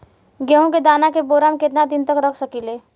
गेहूं के दाना के बोरा में केतना दिन तक रख सकिले?